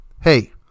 Hey